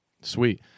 Sweet